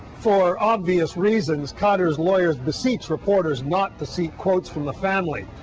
for obvious reasons, khadr's lawyers beseech reporters not to seek quotes from the family.